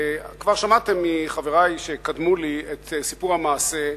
כבר שמעתם מחברי שקדמו לי את סיפור המעשה,